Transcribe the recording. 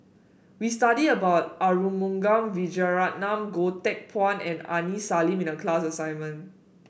we studied about Arumugam Vijiaratnam Goh Teck Phuan and Aini Salim in the class assignment